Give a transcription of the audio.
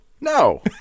No